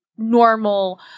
normal